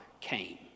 came